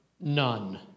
none